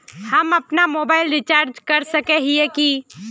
हम अपना mobile recharge कर सकय हिये की?